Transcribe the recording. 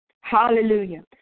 Hallelujah